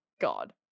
God